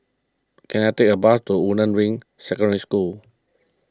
can I take a bus to Woodlands Ring Secondary School